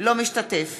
לא משתתף